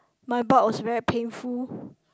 my butt was very painful